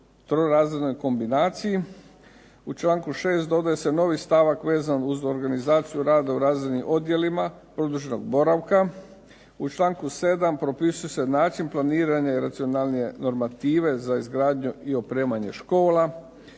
trorazrednoj kombinaciji. U članku 6. dodaje se novi stavak vezan uz organizaciju rada u razrednim odjelima, produženog boravka. U članku 7. propisuju se način planiranja i racionalnije normative za izgradnju i opremanje škola.